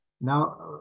Now